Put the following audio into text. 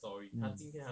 mm